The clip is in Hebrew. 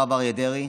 הרב אריה דרעי,